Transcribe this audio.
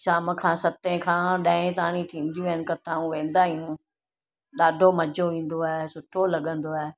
शाम खां सते खां ॾह ताणी थींदियूं आहिनि कथाऊं वेंदा आहियूं ॾाढो मज़ो ईंदो आहे सुठो लॻंदो आहे